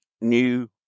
new